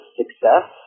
success